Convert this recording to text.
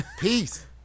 Peace